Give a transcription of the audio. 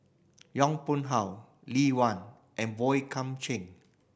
Yong Pung How Lee Wen and Boey Kam Cheng